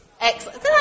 excellent